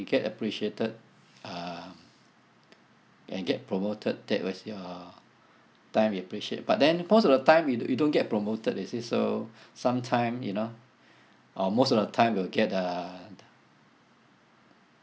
get appreciated um and get promoted that was your time we appreciate but then most of the time you you don't get promoted you see so sometime you know or most of the time will get uh